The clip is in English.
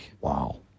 Wow